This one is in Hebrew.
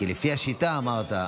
כי לפי השיטה, אמרת.